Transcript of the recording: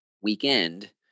weekend